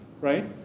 right